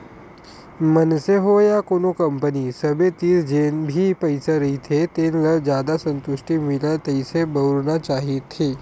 मनसे होय या कोनो कंपनी सबे तीर जेन भी पइसा रहिथे तेन ल जादा संतुस्टि मिलय तइसे बउरना चाहथे